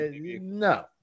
no